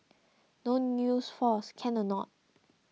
don't use force can or not